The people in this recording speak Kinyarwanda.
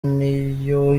niyo